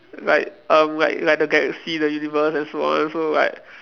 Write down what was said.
like um like like the galaxy the universe and so on so like